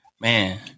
Man